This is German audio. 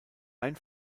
ein